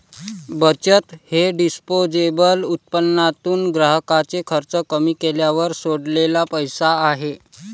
बचत हे डिस्पोजेबल उत्पन्नातून ग्राहकाचे खर्च कमी केल्यावर सोडलेला पैसा आहे